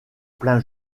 plein